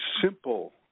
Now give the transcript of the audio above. simple